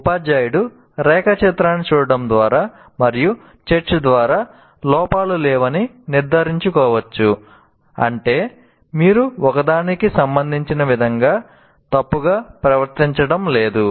ఉపాధ్యాయుడు రేఖాచిత్రాన్ని చూడటం ద్వారా మరియు చర్చ ద్వారా లోపాలు లేవని నిర్ధారించుకోవచ్చు అంటే మీరు మరొకదానికి సంబంధించిన విధంగా తప్పుగా గుర్తించడం లేదు